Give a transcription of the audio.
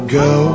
go